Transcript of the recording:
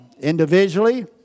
Individually